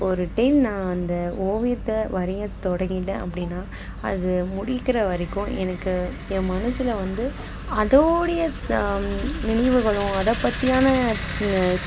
ஒரு டைம் நான் அந்த ஓவியத்தை வரையை தொடங்கிட்டேன் அப்படின்னா அது முடிக்கின்ற வரைக்கும் எனக்கு என் மனசில் வந்து அதோடைய நினைவுகளும் அதை பற்றியான